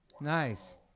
Nice